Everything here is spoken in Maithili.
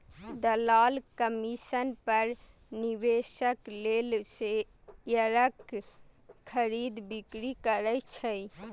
दलाल कमीशन पर निवेशक लेल शेयरक खरीद, बिक्री करै छै